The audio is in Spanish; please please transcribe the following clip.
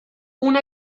una